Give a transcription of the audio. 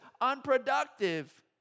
unproductive